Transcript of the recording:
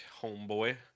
homeboy